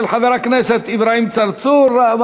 של חבר הכנסת אברהים צרצור.